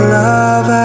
love